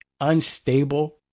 unstable